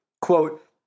Quote